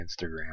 Instagram